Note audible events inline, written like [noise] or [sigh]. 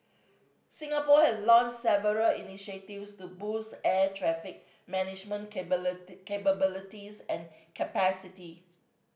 Singapore has launch several initiatives to boost air traffic management [unintelligible] capabilities and capacity